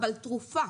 אבל תרופה,